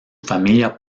familia